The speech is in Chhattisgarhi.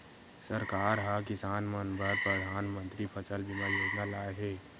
सरकार ह किसान मन बर परधानमंतरी फसल बीमा योजना लाए हे